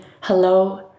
hello